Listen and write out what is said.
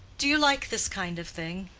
do you like this kind of thing?